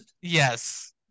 yes